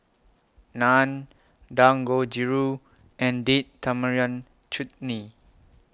Naan Dangojiru and Date Tamarind Chutney